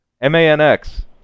M-A-N-X